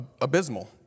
abysmal